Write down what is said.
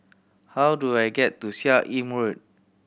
how do I get to Seah Im Road